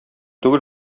түгел